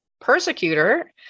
persecutor